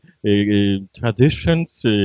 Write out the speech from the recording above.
traditions